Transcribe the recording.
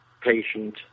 patient